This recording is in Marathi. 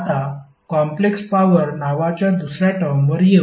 आता कॉम्प्लेक्स पॉवर नावाच्या दुसर्या टर्मवर येऊ